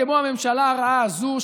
כמו הממשלה הרעה הזאת,